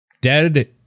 Dead